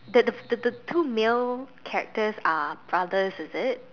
the the the the two male characters are brothers is it